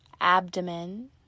abdomen